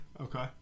Okay